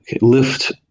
lift